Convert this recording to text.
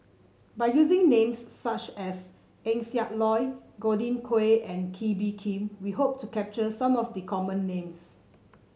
by using names such as Eng Siak Loy Godwin Koay and Kee Bee Khim we hope to capture some of the common names